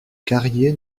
carrier